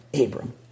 Abram